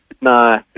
No